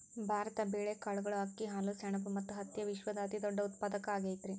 ಭಾರತ ಬೇಳೆ, ಕಾಳುಗಳು, ಅಕ್ಕಿ, ಹಾಲು, ಸೆಣಬ ಮತ್ತ ಹತ್ತಿಯ ವಿಶ್ವದ ಅತಿದೊಡ್ಡ ಉತ್ಪಾದಕ ಆಗೈತರಿ